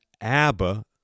Abba